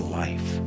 life